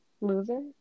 Loser